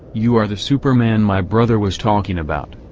you are the superman my brother was talking about.